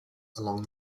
along